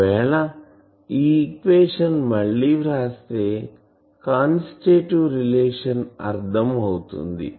ఒకవేళ ఈ ఈక్వేషన్ మళ్ళి వ్రాస్తే కాన్స్టిట్యూటివ్ రిలేషన్ అర్ధం అవుతుంది